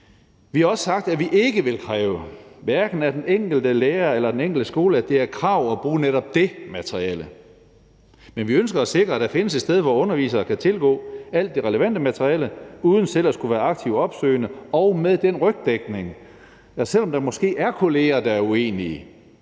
Vi har også sagt, at vi ikke vil kræve, hverken af den enkelte lærer eller den enkelte skole, at det skal være et krav at bruge netop det materiale. Men vi ønsker at sikre, at der findes et sted, hvor undervisere kan tilgå alt det relevante materiale uden selv at skulle være aktivt opsøgende og med den rygdækning, at selv om der måske er kolleger, der er uenige,